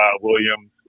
Williams